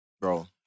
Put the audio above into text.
Bro